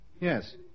Yes